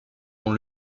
dans